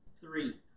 three